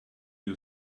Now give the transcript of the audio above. you